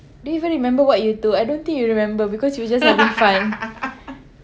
do you even remember what you took I don't think you remember because you were just having fun